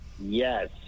Yes